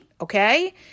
Okay